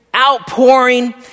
outpouring